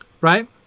right